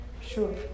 Sure